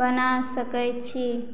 बना सकय छी